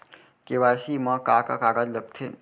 KYC मा का का कागज लगथे?